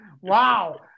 wow